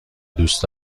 دوست